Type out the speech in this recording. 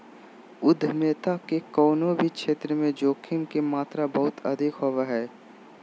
उद्यमिता के कउनो भी क्षेत्र मे जोखिम के मात्रा बहुत अधिक होवो हय